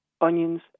onions